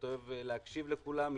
אוהב להקשיב לכולם,